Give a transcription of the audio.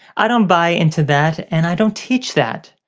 i don't buy into that and i don't teach that.